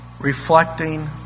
reflecting